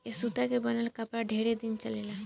ए सूता से बनल कपड़ा ढेरे दिन चलेला